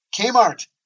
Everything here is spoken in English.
Kmart